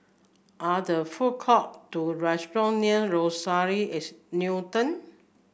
are there food court or restaurants near Rochelle at Newton